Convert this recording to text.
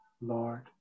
Lord